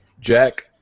Jack